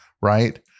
right